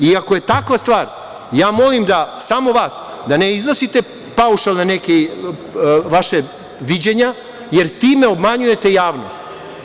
I, ako je takva stvar, ja molim samo vas, da ne iznosite paušalna neka viđanja, jer time obmanjujete javnost.